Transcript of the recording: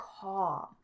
calm